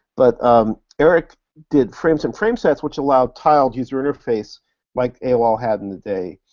but um eric did frames and framesets, which allowed tiled user interface like aol had in the day,